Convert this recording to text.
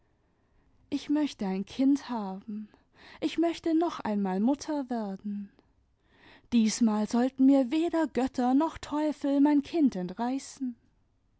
ich möchte ein kind haben ich möchte noch einmal mutter werden diesmal sollten mir weder götter noch teufel mein kind entreißen